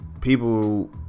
people